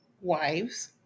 wives